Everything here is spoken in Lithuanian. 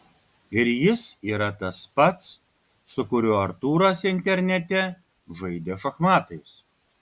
ir jis yra tas pats su kuriuo artūras internete žaidė šachmatais